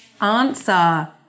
answer